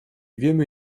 wiemy